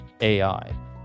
AI